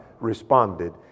responded